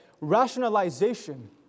rationalization